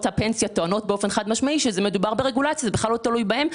הפנסיה טוענות באופן חד משמעי ששם מדובר ברגולציה וזה בכלל לא תלוי בהן.